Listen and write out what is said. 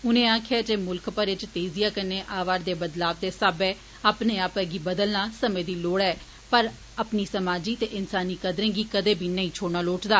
उनें आक्खेआ ऐ जे दुनिया भरै च तेजिया कन्नै अवा रदे बदलाव दे साब्बै अपने आपै गी बदलना समें दी लोड़ ऐ पर अपनी समाजी ते इंसानी कद्दें गी कदें नेई छोड़ना लोड़चदा